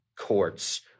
courts